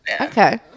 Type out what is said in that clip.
okay